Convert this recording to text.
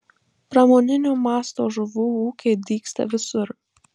pramoninio masto žuvų ūkiai dygsta visur